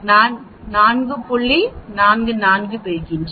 44 பெறுகிறேன்